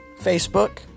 Facebook